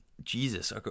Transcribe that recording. Jesus